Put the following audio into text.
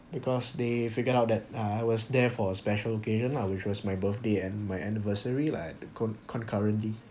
because they figured out that uh I was there for a special occasion lah which was my birthday and my anniversary like con~ concurrently